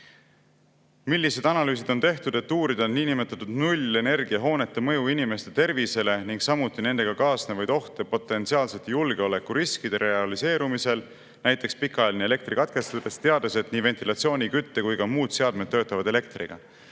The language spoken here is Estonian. millised analüüsid on tehtud, et uurida niinimetatud nullenergiahoonete mõju inimeste tervisele ning samuti nendega kaasnevaid ohte potentsiaalsete julgeolekuriskide realiseerumisel, näiteks pikaajaline elektrikatkestus, teades, et nii ventilatsiooni-, kütte- kui ka muud seadmed töötavad elektriga.